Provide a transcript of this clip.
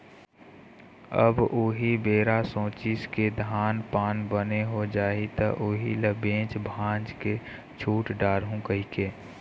अब उही बेरा सोचिस के धान पान बने हो जाही त उही ल बेच भांज के छुट डारहूँ कहिके